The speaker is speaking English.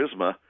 charisma